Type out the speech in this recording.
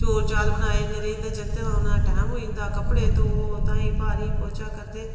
चौल बनाए इन्ने चिरें च जागतें दे औने दा टाइम होई जंदा कपडे़ धवो तांई ब्हारी पोचा करदे